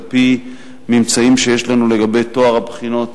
על-פי ממצאים שיש לנו לגבי טוהר הבחינות